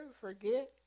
forget